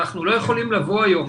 אנחנו לא יכולים לבוא היום.